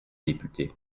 député